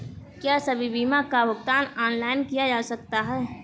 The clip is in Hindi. क्या सभी बीमा का भुगतान ऑनलाइन किया जा सकता है?